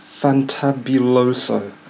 Fantabuloso